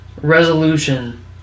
resolution